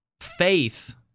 faith